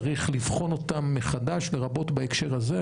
צריך לבחון אותם מחדש, לרבות בהקשר הזה.